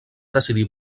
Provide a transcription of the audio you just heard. decidir